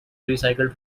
recycled